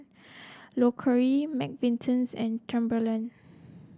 Loacker McVitie's and Timberland